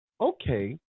okay